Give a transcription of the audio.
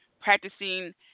practicing